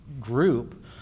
group